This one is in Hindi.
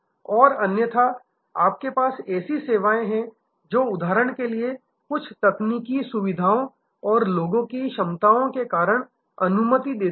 और अन्यथा आपके पास ऐसी सेवाएं हैं जो उदाहरण के लिए कुछ तकनीकी सुविधाओं और लोगों की क्षमताओं के कारण अनुमति देती हैं